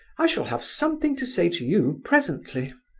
i shall have something to say to you presently.